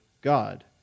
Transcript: god